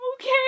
okay